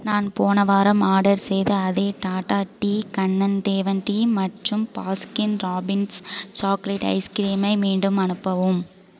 நான் போன வாரம் ஆர்டர் செய்த அதே டாடா டீ கண்ணன் தேவன் டீ மற்றும் பாஸ்கின் ராபின்ஸ் சாக்லேட் ஐஸ்க்ரீமை மீண்டும் அனுப்பவும்